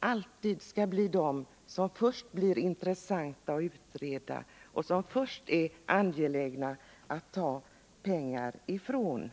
alltid vara de första som är intressanta att utreda, de första som det är angeläget att ta pengar ifrån?